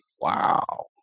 Wow